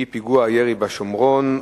פיגוע הירי בשומרון,